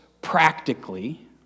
practically